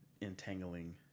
entangling